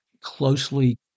closely